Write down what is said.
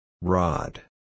Rod